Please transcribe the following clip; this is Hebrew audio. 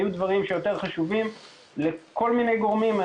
היו דברים שהיו יותר חשובים לכל מיני גורמים.